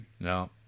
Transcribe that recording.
No